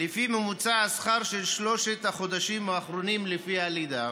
לפי ממוצע השכר של שלושת החודשים האחרונים לפני הלידה.